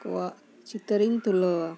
ᱠᱚᱣᱟᱜ ᱪᱤᱛᱟᱹᱨᱤᱧ ᱛᱩᱞᱟᱹᱣᱟ